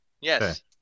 Yes